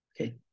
Okay